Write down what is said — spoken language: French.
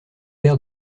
l’air